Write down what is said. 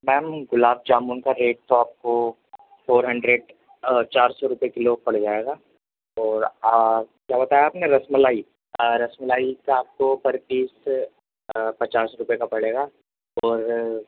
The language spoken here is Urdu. میم گلاب جامن کا ریٹ تو آپ کو فور ہنڈریڈ چار سو روپے کلو پڑ جائے گا اور آپ کیا بتایا آپ نے رس ملائی آ رس ملائی پہ آپ کو پر پیس پچاس روپے کا پڑے گا اور